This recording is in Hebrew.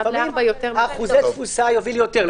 לפעמים אחוזי התפוסה יוביל ליותר,